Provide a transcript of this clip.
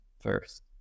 first